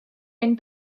hen